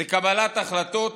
זה קבלת החלטות